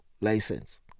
license